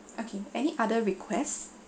okay any other requests